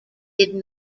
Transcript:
did